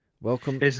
Welcome